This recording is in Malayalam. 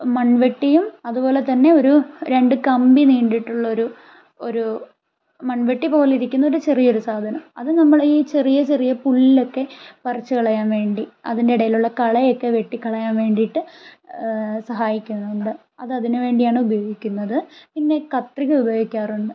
മൺവെട്ടിയും അതുപോലെ തന്നെ ഒരു രണ്ട് കമ്പി നീണ്ടിട്ടുള്ളൊരു ഒരു മൺവെട്ടിപ്പോലെ ഇരിക്കുന്ന ഒരു ചെറിയ ഒരു സാധനം അത് നമ്മൾ ഈ ചെറിയ ചെറിയ പുല്ലൊക്കെ പറിച്ച് കളയാൻവേണ്ടി അതിൻ്റെ ഇടയിലുള്ള കളയൊക്കെ വെട്ടിക്കളയാൻ വേണ്ടിയിട്ട് സഹായിക്കുന്നുണ്ട് അത് അതിന് വേണ്ടിയാണ് ഉപയോഗിക്കുന്നത് പിന്നെ കത്രിക ഉപയോഗിക്കാറുണ്ട്